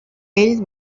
ell